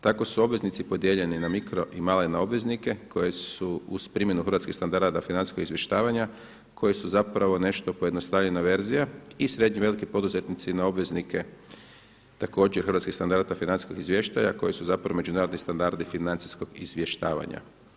Tako su obveznici podijeljeni na mikro i malene obveznike koji su uz primjenu hrvatskih standarada financijskog izvještavanja koji su nešto pojednostavljeno verzija i srednji veliki poduzetnici na obveznike također hrvatskih standarada financijskog izvještaja koji su međunarodni standardi financijskog izvještavanja.